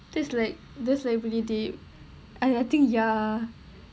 this is like this is like really deep I think ya